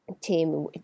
team